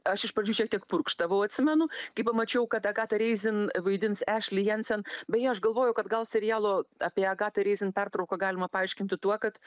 aš iš pradžių šiek tiek purkštavau atsimenu kai pamačiau kad agatą reizin vaidins ešli jensen beje aš galvoju kad gal serialo apie agatą reizin pertrauką galima paaiškinti tuo kad